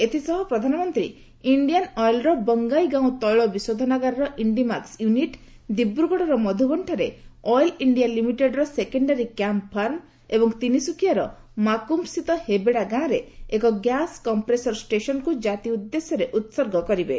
ଏଥିସହ ପ୍ରଧାନମନ୍ତ୍ରୀ ଇଣ୍ଡିଆନ୍ ଅଏଲର ବଙ୍ଗାୟୀଗାଁଓ ତୈଳ ବିଶୋଧନାଗାରର ଇଣ୍ଡିମାକ୍ୱ ୟୁନିଟ୍ ଦିବ୍ରଗଡର ମଧୁବନଠାରେ ଅଏଲ ଇଷ୍ଠିଆ ଲିମିଟେଡର ସେକେଣ୍ଡାରୀ କ୍ୟାମ୍ପ ଫାର୍ମ ଏବଂ ତିନିସୁକୁଆର ମାକୁମସ୍ଥିତ ହେବେଡା ଗାଁରେ ଏକ ଗ୍ୟାସ କମ୍ପ୍ରୋସର ଷ୍ଟେସନକୁ କାତି ଉଦ୍ଦେଶ୍ୟରେ ଉତ୍ସର୍ଗ କରିବେ